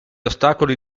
ostacoli